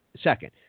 second